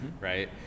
Right